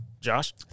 Josh